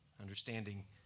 Understanding